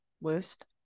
worst